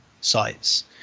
sites